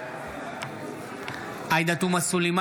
בעד עאידה תומא סלימאן, בעד